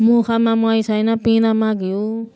मुखमा मोही छैन पिँधमा घिउ